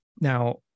Now